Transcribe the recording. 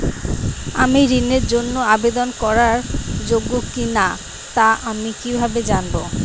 আমি ঋণের জন্য আবেদন করার যোগ্য কিনা তা আমি কীভাবে জানব?